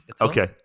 Okay